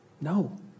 No